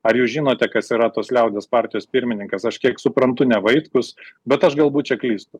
ar jūs žinote kas yra tos liaudies partijos pirmininkas aš kiek suprantu ne vaitkus bet aš galbūt čia klystu